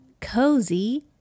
cozy